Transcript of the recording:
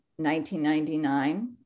1999